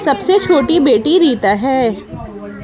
سب سے چھوٹی بیٹی ریتا ہے